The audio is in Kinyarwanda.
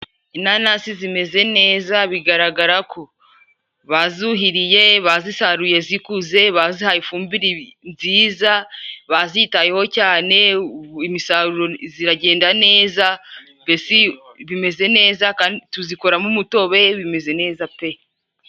Inanasi zimeze neza. Bigaragara ko bazuhiriye , bazisaruye zikuze, bazihaye ifumbire nziza, bazitayeho cyane. Imisaruro ziragenda neza mbese bimeze neza. Tuzikoramo umutobehe bimeze neza pe.